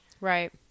right